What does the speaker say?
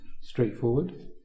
straightforward